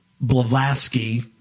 Blavatsky